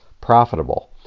profitable